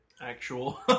actual